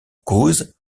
cause